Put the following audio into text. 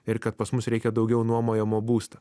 ir kad pas mus reikia daugiau nuomojamo būsto